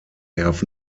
have